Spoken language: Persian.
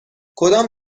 کدام